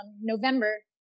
November